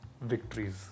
victories